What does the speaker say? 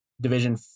division